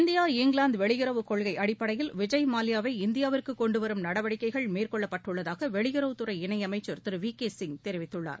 India England வெளியுறவு கொள்கை அடிப்படையில் விஜய் மல்லையாவை இந்தியாவிற்கு கொண்டுவரும் நடவடிக்கைகள் மேற்கொள்ளப்பட்டுள்ளதாக வெளியுறவுத்துறை இணையமைச்சர் திரு வி கே சிங் தெரிவித்துள்ளார்